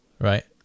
right